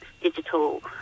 digital